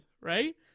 right